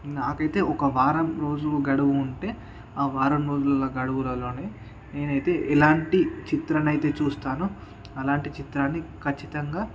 నాకైతే ఒక వారం రోజులు గడువు ఉంటే ఆ వారం రోజుల గడువులలోనే నేనైతే ఎలాంటి చిత్రాన్ని అయితే చూస్తానో అలాంటి చిత్రాన్ని ఖచ్చితంగా